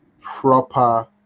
proper